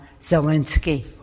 Zelensky